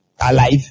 Alive